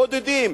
בודדים.